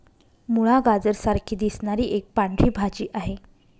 मुळा, गाजरा सारखी दिसणारी एक पांढरी भाजी आहे